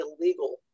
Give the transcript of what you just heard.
illegal